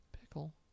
pickle